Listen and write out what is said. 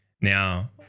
Now